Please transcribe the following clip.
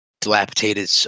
dilapidated